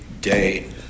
day